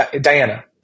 Diana